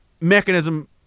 mechanism